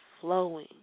flowing